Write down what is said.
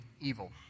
evil